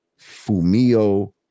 Fumio